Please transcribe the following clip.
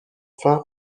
fin